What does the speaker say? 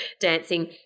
dancing